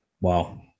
Wow